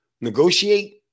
negotiate